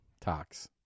tox